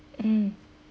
mm